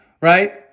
right